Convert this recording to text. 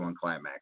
Climax